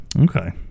Okay